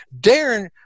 Darren